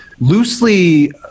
loosely